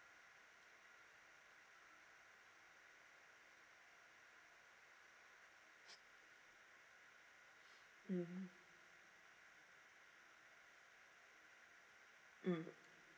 mmhmm mm